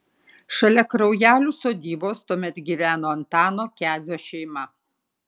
šalia kraujelių sodybos tuomet gyveno antano kezio šeima